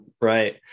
Right